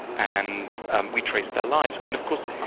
and and we traced their lives. and of course,